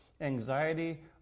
anxiety